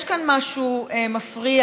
יש כאן משהו מפריע